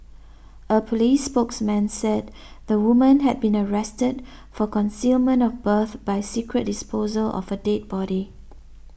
a police spokesman said the woman had been arrested for concealment of birth by secret disposal of a dead body